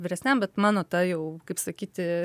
vyresniam bet mano ta jau kaip sakyti